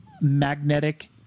magnetic